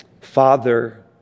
Father